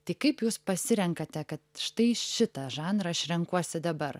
tai kaip jūs pasirenkate kad štai šitą žanrą aš renkuosi dabar